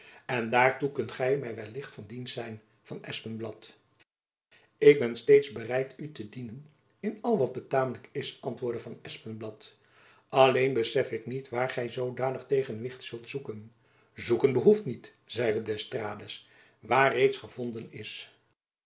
en daartoe kunt gy my wellicht van dienst zijn van espenblad ik ben steeds bereid u te dienen in al wat betamelijk is antwoordde van espenblad alleen besef ik niet waar gy zoodanig tegenwicht zult zoeken zoeken behoeft niet zeide d'estrades waar reeds gevonden is